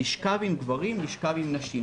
לשכב עם גברים או לשכב עם נשים.